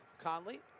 Conley